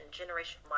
generation